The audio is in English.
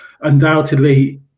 undoubtedly